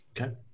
Okay